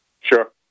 Sure